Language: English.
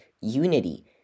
unity